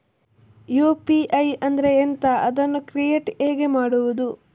UPI ಅಂದ್ರೆ ಎಂಥ? ಅದನ್ನು ಕ್ರಿಯೇಟ್ ಹೇಗೆ ಮಾಡುವುದು?